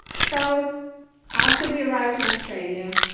so after we arrived in australia,